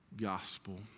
gospel